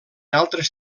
altres